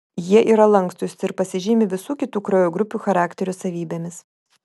jie yra lankstūs ir pasižymi visų kitų kraujo grupių charakterio savybėmis